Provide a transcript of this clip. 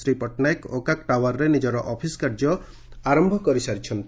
ଶ୍ରୀ ପଟ୍ଟନାୟକ ଓକାକ୍ ଟାଓାରରେ ନିଜର ଅଫିସ୍ କାର୍ଯ୍ୟ ଆର କରିସାରିଛନ୍ତି